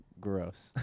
gross